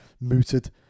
mooted